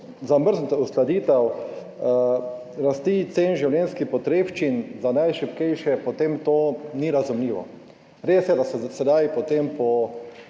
zamrznete uskladitev rasti cen življenjskih potrebščin za najšibkejše, potem to ni razumljivo. Res je, da ste po